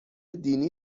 دینی